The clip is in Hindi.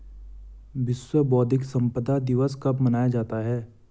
विश्व बौद्धिक संपदा दिवस कब मनाया जाता है?